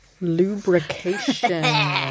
lubrication